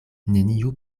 neniu